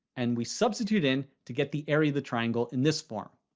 and we substitute in to get the area of the triangle in this form.